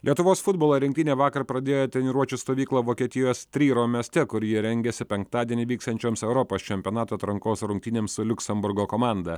lietuvos futbolo rinktinė vakar pradėjo treniruočių stovyklą vokietijos tryro mieste kur jie rengiasi penktadienį vyksiančioms europos čempionato atrankos rungtynėms su liuksemburgo komanda